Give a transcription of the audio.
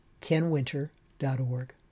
kenwinter.org